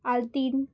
आल्तीन